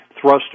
thrust